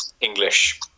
English